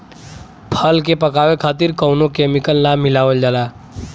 फल के पकावे खातिर कउनो केमिकल ना मिलावल जाला